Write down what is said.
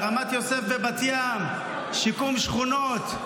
רמת יוסף בבת ים, שיקום שכונות.